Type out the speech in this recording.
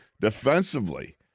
defensively